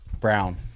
Brown